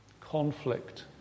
conflict